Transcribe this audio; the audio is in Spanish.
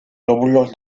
lóbulos